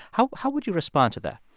how how would you respond to that?